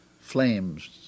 flames